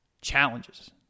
challenges